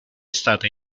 stata